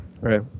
right